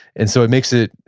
and so it makes it,